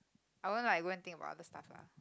I won't like go and think about other staff lah